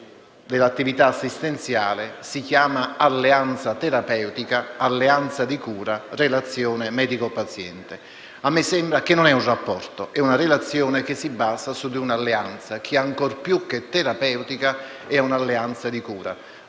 dell'attività assistenziale si chiama alleanza terapeutica, alleanza di cura, relazione medico-paziente. A me non sembra un rapporto, ma piuttosto una relazione che si basa su di un'alleanza che, ancor più che terapeutica, è un'alleanza di cura.